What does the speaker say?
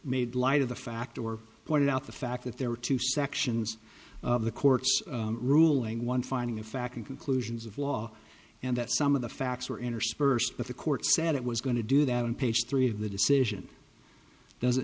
made light of the fact or pointed out the fact that there were two sections of the court's ruling one finding of fact in conclusions of law and that some of the facts were interspersed with the court said it was going to do that on page three of the decision does it